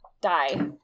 die